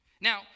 Now